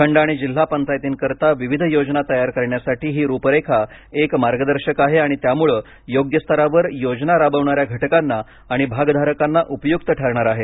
खंड आणि जिल्हा पंचायतींकरिता विविध योजना तयार करण्यासाठी ही रूपरेखा एक मार्गदर्शक आहे आणि त्यामुळे योग्य स्तरावर योजना राबविणाऱ्या घटकांना आणि भागधारकांना उपयुक्त ठरणार आहेत